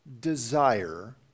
desire